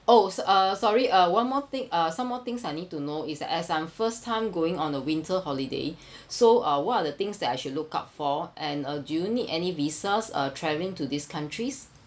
oh so~ uh sorry uh one more thing uh some more things I need to know is that as our first time going on the winter holiday so uh what are the things that I should look out for and uh do you need any visas uh travelling to these countries